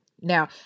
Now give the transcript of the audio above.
Now